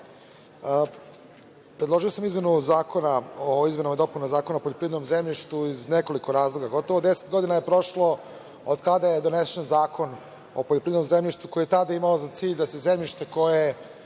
Hvala. Predložio sam izmenu ovog zakona o izmenama i dopunama Zakona o poljoprivrednom zemljištu iz nekoliko razloga. Gotovo deset godina je prošlo od kada je donesen Zakon o poljoprivrednom zemljištu koji je tada imao za cilj da se zemljište koje